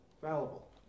fallible